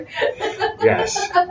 Yes